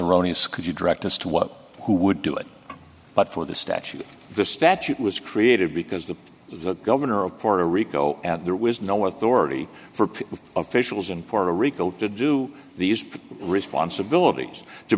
erroneous could you direct us to what who would do it but for the statute the statute was created because the governor of puerto rico at there was no authority for officials in puerto rico to do these responsibilities to